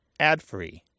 adfree